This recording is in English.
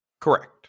Correct